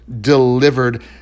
delivered